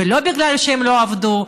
ולא כי הם לא עבדו,